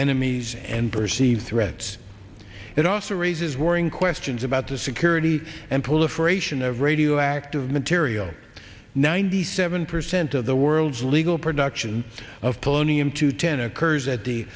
enemies and perceived threats it also raises worrying questions about the security and pull for ration of radioactive material ninety seven percent of the world's legal production of polonium two ten occurs at the